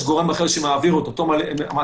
יחולו הוראות סעיף 13,